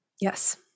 Yes